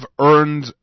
earned